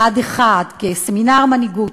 בה"ד 1 כסמינר מנהיגות,